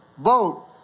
vote